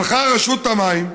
הלכה רשות המים,